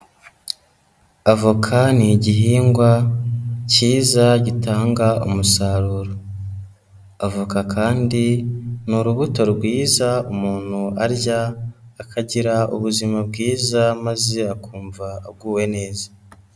Avoka ni igihingwa cyiza gitanga umusaruro, avoka kandi ni urubuto rwiza umuntu arya akagira ubuzima bwiza maze akumva aguwe neza.